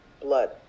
blood